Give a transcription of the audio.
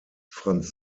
franz